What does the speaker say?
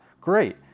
great